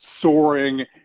soaring